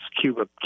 Cuba